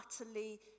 utterly